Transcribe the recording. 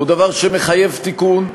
הוא דבר שמחייב תיקון,